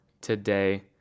today